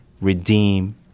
redeem